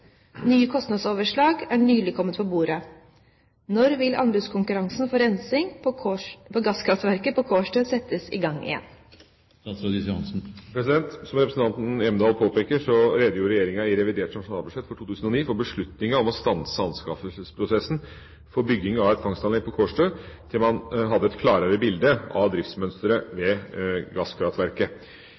Nye kostnadsoverslag er nylig kommet på bordet. Når vil anbudskonkurransen for rensing av gasskraftverket på Kårstø settes i gang igjen?» Som representanten Hjemdal påpeker, redegjorde Regjeringa i revidert nasjonalbudsjett for 2009 for beslutningen om å stanse anskaffelsesprosessen for bygging av et fangstanlegg på Kårstø til man har et klarere bilde av driftsmønsteret ved gasskraftverket.